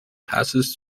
passes